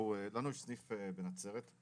לנו יש סניף בנצרת,